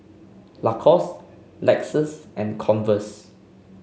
Lacoste Lexus and Converse